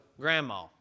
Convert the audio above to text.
grandma